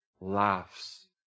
laughs